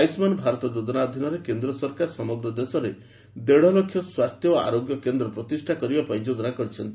ଆୟୁଷ୍ମାନ ଭାରତ ଯୋଜନା ଅଧୀନରେ କେନ୍ଦ୍ର ସରକାର ସମଗ୍ର ଦେଶରେ ଦେଢ଼ ଲକ୍ଷ୍ୟ ସ୍ୱାସ୍ଥ୍ୟ ଓ ଓ୍ବେଲ୍ନେସ୍ କେନ୍ଦ୍ର ପ୍ରତିଷ୍ଠା କରିବାପାଇଁ ଯୋଜନା କରିଛନ୍ତି